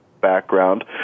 background